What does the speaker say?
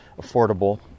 affordable